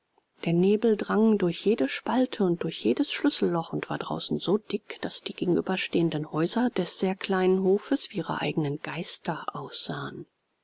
der nebel drang durch jede spalte und durch jedes schlüsselloch und war draußen so dick daß die gegenüber stehenden häuser des sehr kleinen hofes wie ihre eignen geister aussahen